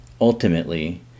ultimately